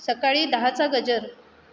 सकाळी दहाचा गजर